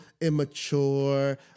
immature